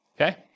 okay